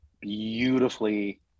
beautifully